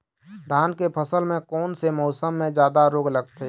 धान के फसल मे कोन से मौसम मे जादा रोग लगथे?